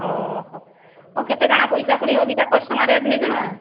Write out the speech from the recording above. ଅ ହ ତ କେତେ କାଣା ପଇସା ପୁଣି ଅଧିକା କରସନ୍ ରେଟ୍ ନେଇସନ୍ କେଁ